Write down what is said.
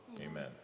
Amen